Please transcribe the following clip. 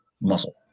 muscle